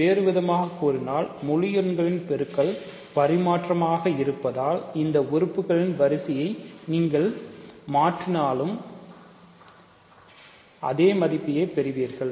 வேறுவிதமாக கூறினால் முழு எண்களின் பெருக்கல் பரிமாற்றமாக இருப்பதால் இந்த உறுப்புகளின்வரிசையை நீங்கள் வரிசையை மாற்றினாலும் அதே மதிப்பையே பெறுவீர்கள்